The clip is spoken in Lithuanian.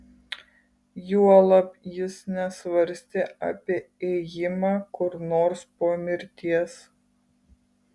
juolab jis nesvarstė apie ėjimą kur nors po mirties